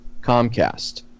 Comcast